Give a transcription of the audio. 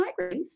migraines